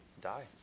die